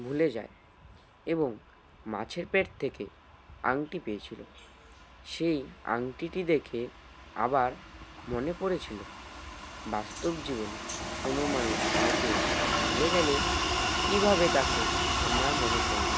ভুলে যায় এবং মাছের পেট থেকে আংটি পেয়েছিলো সেই আংটিটি দেখে আবার মনে পড়েছিলো বাস্তব জীবনে কোনো মানুষ কাউকে ভুলে গেলে কীভাবে তাকে আমরা মনে করবো